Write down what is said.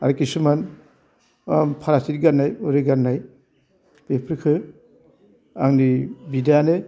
आरो किसुमान ओह फारासित गाननाय उरि गाननाय बेफोरखो आंनि बिदायानो